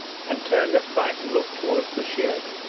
and turned a frightened look towards the shed,